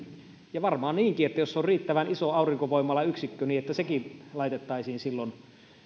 ja varmaan niinkin että jos on riittävän iso aurinkovoimalayksikkö niin sekin laitettaisiin silloin